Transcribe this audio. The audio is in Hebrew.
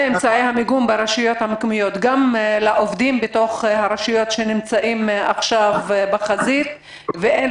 גם לעובדים בתוך הרשויות שנמצאים עכשיו בחזית אין